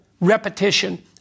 repetition